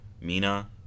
Mina